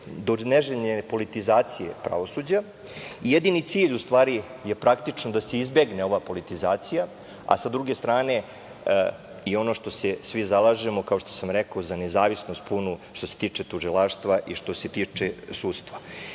do neželjene politizacije pravosuđa. Jedini cilj u stvari je praktično da se izbegne ova politizacija, a sa druge strane i ono što se svi zalažemo, kao što sam rekao, za punu nezavisnost što se tiče tužilaštva i što se tiče sudstva.